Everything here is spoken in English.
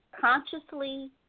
consciously